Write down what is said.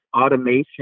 automation